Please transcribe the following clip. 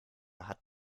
hat